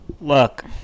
Look